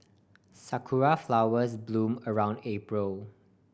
sakura flowers bloom around April